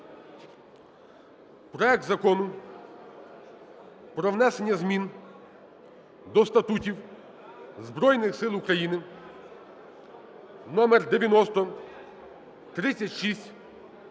проект Закону про внесення змін до статутів Збройних Сил України (номер 9036)